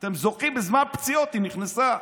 אתם עדיין לא התרגלתם,